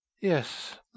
Yes